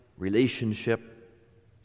relationship